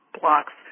blocks